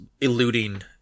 eluding